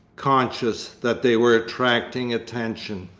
conscious that they were attracting attention.